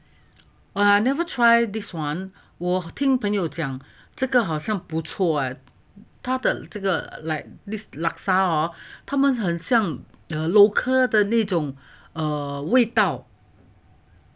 !wah! never try this one 我听朋友讲这个好像不错啊它的这个 like this laksa 哦他们很 local 的那种 err 味道